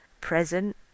present